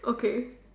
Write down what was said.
okay